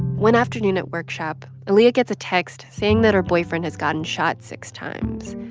one afternoon at workshop, aaliyah gets a text saying that her boyfriend has gotten shot six times.